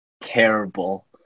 terrible